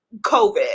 COVID